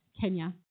Kenya